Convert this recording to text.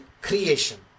creation